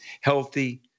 healthy